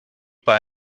bei